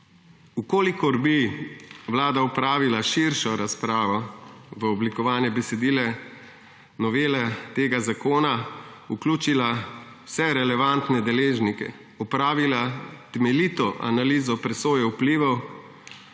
Če bi Vlada opravila širšo razpravo, v oblikovanje besedila novele tega zakona vključila vse relevantne deležnike, opravila temeljito analizo presoje vplivov,